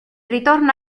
ritorna